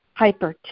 hypertension